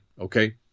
Okay